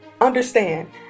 understand